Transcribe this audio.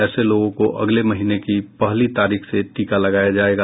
ऐसे लोगों को अगले महीने की पहली तारीख से टीका लगाया जाएगा